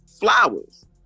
flowers